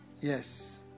Yes